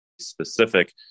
specific